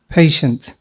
patient